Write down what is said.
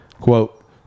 quote